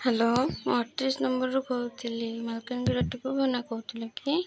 hello ମୁଁ ଅଡ଼ତିରିଶି ନମ୍ବର୍ରୁ କହୁଥିଲି ମାଲକାନଗିରି କହୁଥିଲ କି